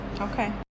Okay